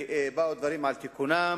ובאו דברים על תיקונם,